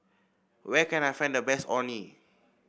where can I find the best Orh Nee